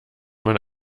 man